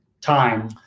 time